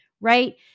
right